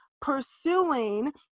pursuing